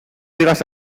digas